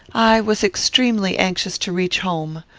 i was extremely anxious to reach home.